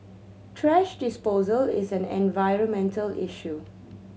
thrash disposal is an environmental issue